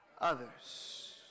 others